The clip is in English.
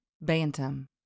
Bantam